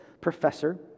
professor